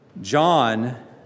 John